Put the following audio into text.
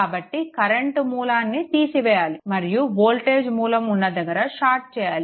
కాబట్టి కరెంట్ మూలాన్ని తీసివేయాలి మరియు వోల్టేజ్ మూలం ఉన్న దగ్గర షార్ట్ చేయాలి